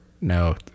no